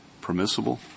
permissible